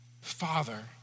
father